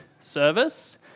service